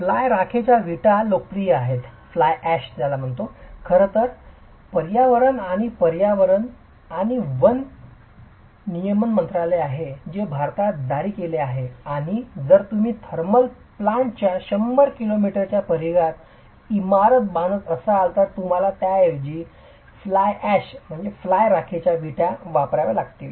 fly राखेच्या विटा लोकप्रिय आहेत खरं तर पर्यावरण आणि पर्यावरण आणि वन नियमन मंत्रालय आहे जे भारतात जारी केले आहे की जर तुम्ही थर्मल प्लांटच्या शंभर किलोमीटरच्या परिघात इमारत बांधत असाल तर तुम्हाला त्याऐवजी फ्लाय राखेच्या विटा वापराव्या लागतील